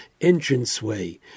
entranceway